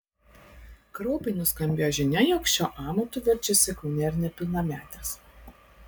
kraupiai nuskambėjo žinia jog šiuo amatu verčiasi kaune ir nepilnametės